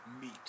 Meat